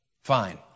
Fine